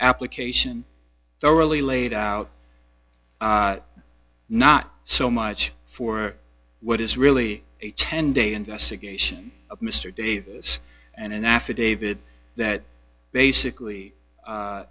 application there really laid out not so much for what is really a ten day investigation of mr davis and an affidavit that basically